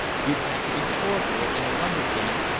you would have to be chore-boy in a lumber camp,